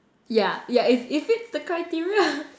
ya ya it it fits the criteria